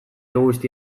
guzti